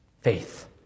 Faith